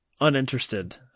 uninterested